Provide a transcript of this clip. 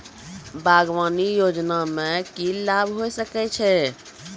बागवानी योजना मे की लाभ होय सके छै?